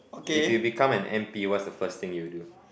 if you become an M_P what's the first thing you will do